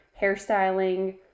hairstyling